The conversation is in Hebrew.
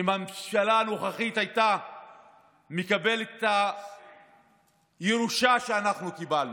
אם הממשלה הנוכחית הייתה מקבלת את הירושה שאנחנו קיבלנו,